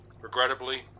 Regrettably